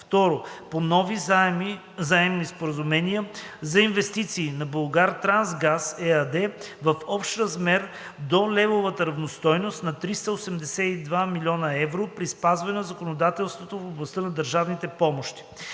2. по нови заемни споразумения за инвестиции на „Булгартрансгаз“ ЕАД в общ размер до левовата равностойност на 382 млн. евро при спазване на законодателството в областта на държавните помощи.“